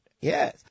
Yes